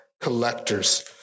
collectors